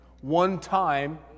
one-time